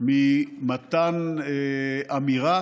ממתן אמירה